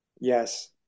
Yes